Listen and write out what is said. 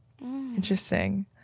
Interesting